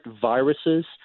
viruses